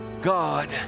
God